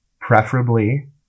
preferably